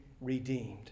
redeemed